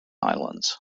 islands